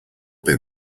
been